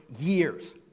years